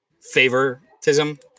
favoritism